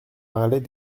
parlait